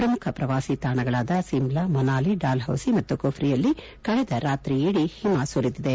ಪ್ರಮುಖ ಶ್ರವಾಸಿ ತಾಣಗಳಾದ ಸಿಮ್ಲಾ ಮನಾಲಿ ಡಾಲ್ ಹೌಸಿ ಮತ್ತು ಕುಫ್ರಿಯಲ್ಲಿ ಕಳೆದ ರಾತ್ರಿಯಿಡೀ ಹಿಮ ಸುರಿದಿದೆ